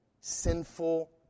sinful